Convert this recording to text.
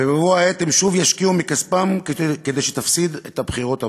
ובבוא העת הם שוב ישקיעו מכספם כדי שתפסיד את הבחירות הבאות.